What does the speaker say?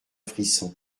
frisson